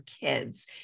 kids